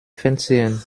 fernsehen